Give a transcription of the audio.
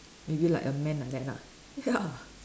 maybe like a man like that lah ya